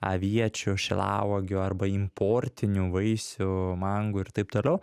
aviečių šilauogių arba importinių vaisių mangų ir taip toliau